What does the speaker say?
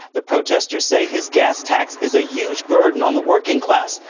the protestors say his gas tax is a huge burden on the working class.